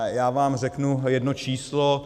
Já vám řeknu jedno číslo.